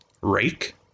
Rake